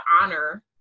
honor